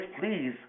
please